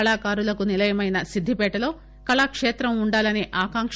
కళాకారులకు నిలయమైన సిద్ధిపేటలో కళాకేత్రం ఉండాలనే ఆకాంక